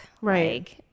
Right